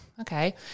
okay